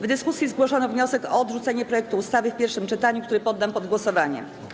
W dyskusji zgłoszono wniosek o odrzucenie projektu ustawy w pierwszym czytaniu, który poddam pod głosowanie.